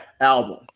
album